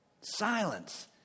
Silence